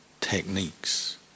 techniques